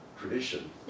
tradition